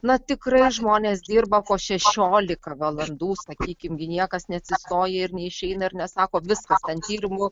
na tikrai žmonės dirba po šešiolika valandų sakykim gi niekas neatsistoja ir neišeina ir nesako viskas ten tyrimų